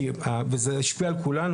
כי זה השפיע על כולנו,